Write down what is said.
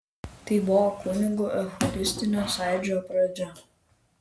tai buvo kunigų eucharistinio sąjūdžio pradžia